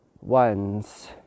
ones